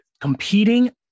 competing